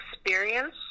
experience